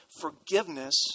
forgiveness